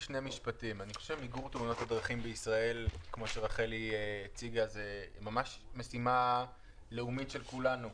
מיגור תאונות הדרכים בישראל זה ממש משימה לאומית של כולנו,